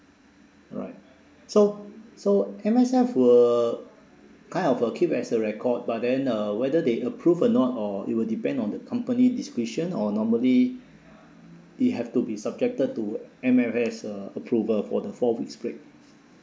right so so M_S_F will kind of uh keep as a record but then uh whether they approve or not or it will depend on the company discretion or normally it have to be subjected to M_S_F uh approval for the four weeks break